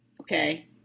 Okay